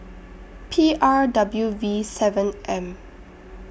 P R W V seven M